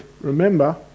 remember